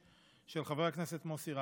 של חבר הכנסת מוסי רז.